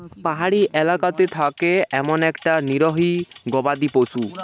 পাহাড়ি এলাকাতে থাকে এমন একটা নিরীহ গবাদি পশু